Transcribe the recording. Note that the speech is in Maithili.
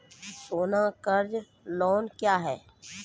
सोना कर्ज लोन क्या हैं?